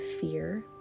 fear